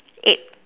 eight